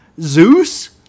Zeus